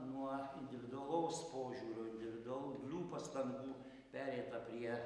nuo individualaus požiūrio individualių pastangų pereita prie